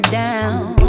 down